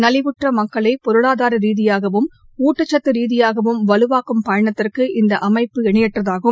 நலிவுற்ற மக்களை பொருளாதார ரீதியாகவும் ஊட்டச்சத்து ரீதியாகவும் வலுவாக்கும் பயணத்திற்கு இந்த அமைப்பு இணையற்றதாகும்